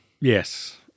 Yes